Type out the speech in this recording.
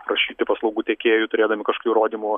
prašyti paslaugų tiekėjų turėdami kažkokių įrodymų